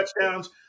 touchdowns